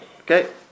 Okay